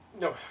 No